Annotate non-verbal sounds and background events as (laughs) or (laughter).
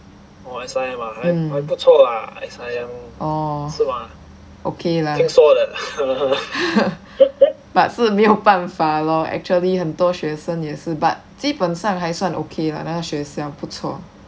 mm orh okay lah (laughs) but 是没有办法 lor actually 很多学生也是 but 基本上还算 okay lah 那个学校不错